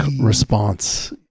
response